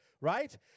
right